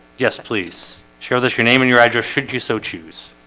yes, please share this your name and your address should you so choose